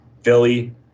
philly